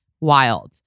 wild